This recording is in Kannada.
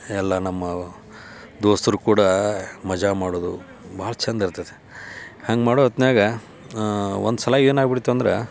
ಎಲ್ಲ ನಮ್ಮ ದೋಸ್ತರು ಕೂಡ ಮಜಾ ಮಾಡೋದು ಭಾಳ ಚಂದ ಇರ್ತತಿ ಹಂಗೆ ಮಾಡೋ ಹೊತ್ತಿನಾಗ ಒಂದು ಸಲ ಏನಾಗ್ಬಿಡ್ತು ಅಂದ್ರೆ